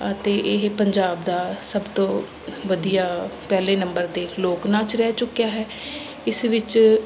ਅਤੇ ਇਹ ਪੰਜਾਬ ਦਾ ਸਭ ਤੋਂ ਵਧੀਆ ਪਹਿਲੇ ਨੰਬਰ ਦਾ ਲੋਕ ਨਾਚ ਰਹਿ ਚੁੱਕਿਆ ਹੈ ਇਸ ਵਿੱਚ